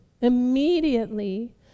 immediately